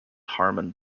harmon